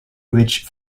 ridge